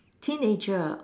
teenager